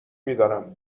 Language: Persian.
میدارم